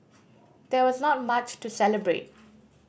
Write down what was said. there was not much to celebrate